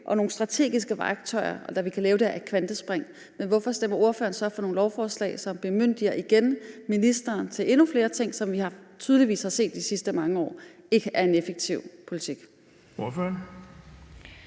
og nogle strategiske værktøjer, så vi kan lave det her kvantespring, men hvorfor stemmer ordføreren så for et lovforslag, som igen bemyndiger ministeren til endnu flere ting, hvilket vi tydeligvis har set de sidste mange år ikke er en effektiv politik? Kl.